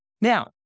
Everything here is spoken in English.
Now